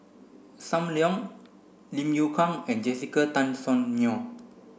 Sam Leong Lim Yew Kuan and Jessica Tan Soon Neo